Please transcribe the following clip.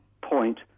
point